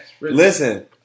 Listen